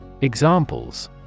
Examples